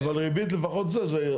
אבל ריבית לפחות זה.